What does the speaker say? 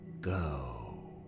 go